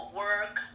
work